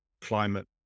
climate